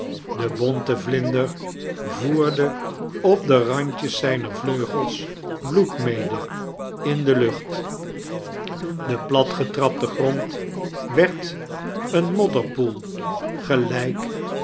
de bonte vlinder voerde op de randjes zijner vleugels bloed mede in de lucht de platgetrapte grond werd een modderpoel gelijk